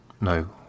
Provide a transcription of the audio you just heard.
No